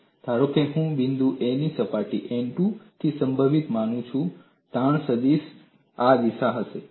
ધારો કે હું બિંદુ A ને સપાટી n 2 થી સંબંધિત માનું છું તાણ સદીશ આ દિશામાં હશે